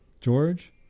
George